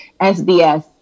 SBS